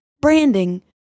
branding